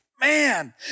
Man